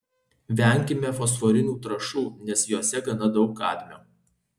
venkime fosforinių trąšų nes jose gana daug kadmio